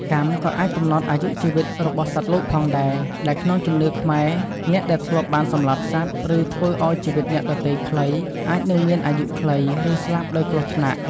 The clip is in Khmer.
កម្មក៏អាចកំណត់អាយុជីវិតរបស់សត្វលោកផងដែរ ដែលក្នុងជំនឿខ្មែរអ្នកដែលធ្លាប់បានសម្លាប់សត្វ ឬធ្វើឲ្យជីវិតអ្នកដទៃខ្លី អាចនឹងមានអាយុខ្លី ឬស្លាប់ដោយគ្រោះថ្នាក់។